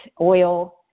oil